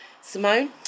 Simone